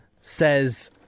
says